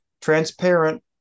transparent